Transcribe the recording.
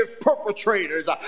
perpetrators